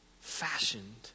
fashioned